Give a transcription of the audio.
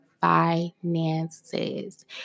finances